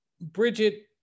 Bridget